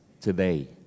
today